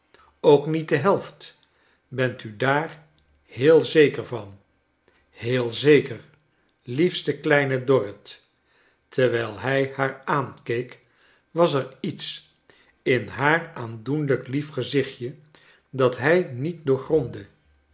ook niet de helft bent u daar heel zeker van heel zeker liefste kleine dorrit terwijl hrj haar aankeek was er iets in haar aandoenlijk lief gezichtje dat hij niet doorgrondde